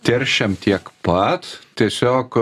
teršiam tiek pat tiesiog